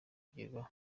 kugerwaho